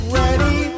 ready